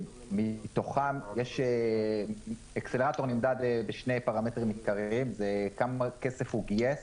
מתוכם accelerator נמדד בשני פרמטרים עיקריים: כמה כסף הוא גייס,